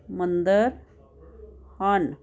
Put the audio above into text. ਮੰਦਿਰ ਹਨ